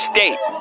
State